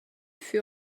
fut